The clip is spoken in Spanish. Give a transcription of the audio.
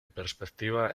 perspectiva